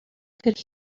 could